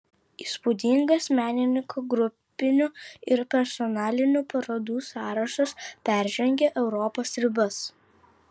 įspūdingas menininko grupinių ir personalinių parodų sąrašas peržengia europos ribas